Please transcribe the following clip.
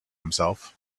himself